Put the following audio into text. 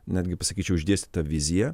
netgi pasakyčiau išdėstytą viziją